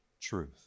truth